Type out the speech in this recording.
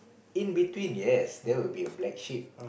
in between yes there will be a black sheep